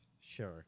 Sure